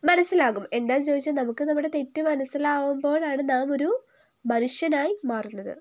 മനസ്സിലാകും എന്താണെന്നു ചോദിച്ചാൽ നമുക്ക് നമ്മുടെ തെറ്റ് മനസ്സിലാവുമ്പോഴാണ് നാം ഒരു മനുഷ്യനായി മാറുന്നത്